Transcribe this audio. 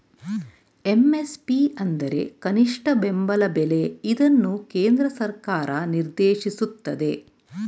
MSP ಅಂದ್ರೆ ಕನಿಷ್ಠ ಬೆಂಬಲ ಬೆಲೆ ಇದನ್ನು ಕೇಂದ್ರ ಸರ್ಕಾರ ನಿರ್ದೇಶಿಸುತ್ತದೆ